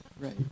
Right